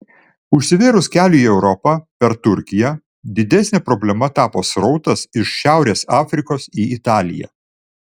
užsivėrus keliui į europą per turkiją didesne problema tapo srautas iš šiaurės afrikos į italiją